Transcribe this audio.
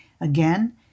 Again